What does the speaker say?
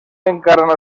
encara